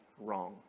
wrong